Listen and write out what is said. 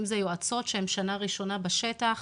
אם זה יועצות שהן שנה ראשונה בשטח,